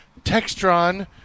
Textron